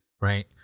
right